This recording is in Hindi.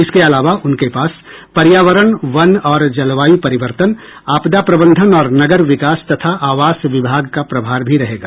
इसके अलावा उनके पास पर्यावरण वन और जलवायु परिवर्तन आपदा प्रबंधन और नगर विकास तथा आवास विभाग का प्रभार भी रहेगा